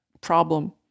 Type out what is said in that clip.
problem